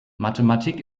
mathematik